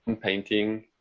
painting